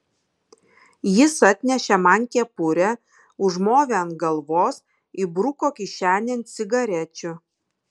jis atnešė man kepurę užmovė ant galvos įbruko kišenėn cigarečių